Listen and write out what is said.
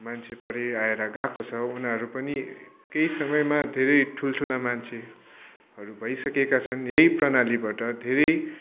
मान्छे परिआएर गएको छ उनीहरू पनि केही समयमा धेरै ठुल्ठुला मान्छेहरू भइसकेका छन् यही प्रणालीबाट धेरै